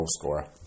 goalscorer